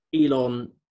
Elon